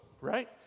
right